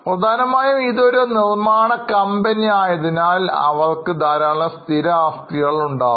പ്രധാനമായും ഇതൊരു നിർമ്മാണകമ്പനി ആയതിനാൽ അവർക്ക് ധാരാളം സ്ഥിര ആസ്തികൾ ഉണ്ടാകും